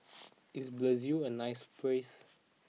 is Brazil a nice place